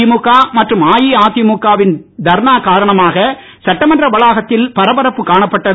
திமுக மற்றும் அஇஅதிமுகவின் தர்ணா காரணமாக சட்டமன்ற வளாகத்தில் பரப்பரப்பு காணப்பட்டது